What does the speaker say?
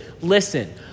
listen